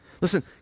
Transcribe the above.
Listen